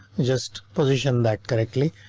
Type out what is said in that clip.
just position that correctly.